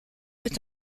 est